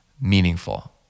meaningful